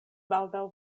baldaŭ